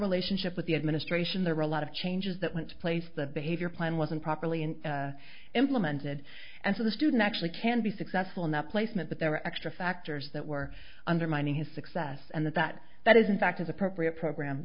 relationship with the administration there were a lot of changes that went to place the behavior plan wasn't properly and implemented and so the student actually can be successful in that placement but there are extra factors that we're undermining his success and that that that is in fact is appropriate program